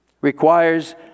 requires